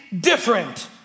different